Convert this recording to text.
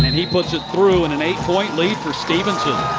and he puts it through, and and eight-pointed lead for stephenson.